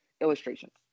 illustrations